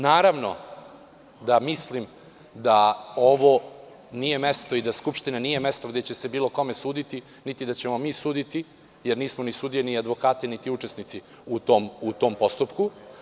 Naravno da mislim da ovo nije mesto i da Skupština nije mesto gde će se bilo kome suditi, niti da ćemo mi suditi, jer nismo ni sudije, ni advokati, niti učesnici u tom postupku.